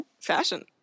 Fashion